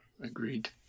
agreed